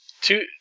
Two